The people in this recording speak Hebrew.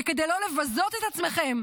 וכדי לא לבזות את עצמכם,